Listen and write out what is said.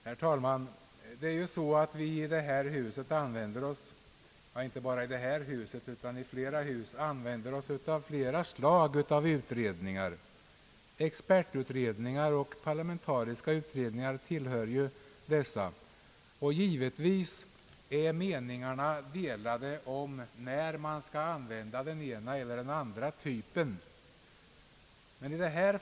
Herr talman! Vi använder ju flera slag av utredningar, t.ex. expertutredningar och parlamentariska utredningar. Givetvis är meningarna delade om när den ena eller andra typen skall användas.